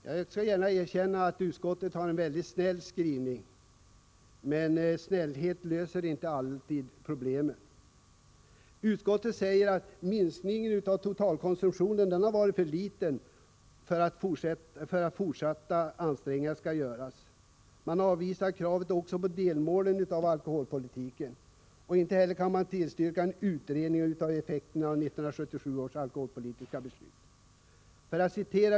Jag skall gärna erkänna att utskottet har skrivit mycket snällt — men snällhet löser inte alltid problemen. Utskottet säger att minskningen av totalkonsumtionen har varit för liten och att fortsatta ansträngningar skall göras. Man avvisar kravet på delmål för alkoholpolitiken. Inte heller vill man tillstyrka en utredning om effekterna av 1977 års alkoholpolitiska beslut.